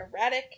erratic